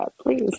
please